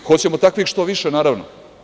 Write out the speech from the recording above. Hoćemo takvih što više, naravno.